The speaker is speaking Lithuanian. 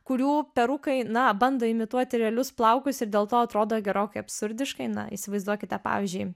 kurių perukai na bando imituoti realius plaukus ir dėl to atrodo gerokai absurdiškai na įsivaizduokite pavyzdžiui